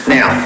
Now